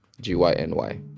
g-y-n-y